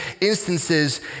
instances